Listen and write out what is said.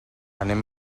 anem